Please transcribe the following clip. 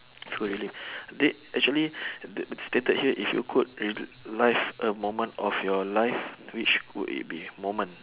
if you relive they actually they stated here if you could relive a moment of your life which would it be moment